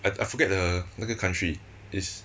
I I forget the 那个 country is